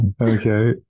okay